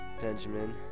benjamin